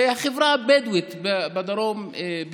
ובחברה הבדואית בפרט.